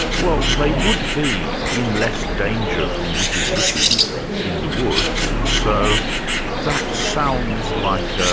well they would be in less danger from wicked witches in the woods, so that sounds like ah